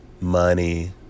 Money